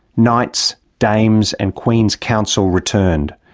knights, dames and queen's counsel returned.